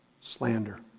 Slander